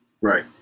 Right